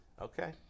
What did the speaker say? Okay